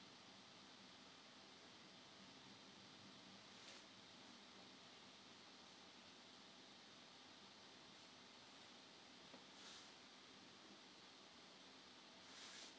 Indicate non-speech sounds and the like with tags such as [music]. [noise] [noise]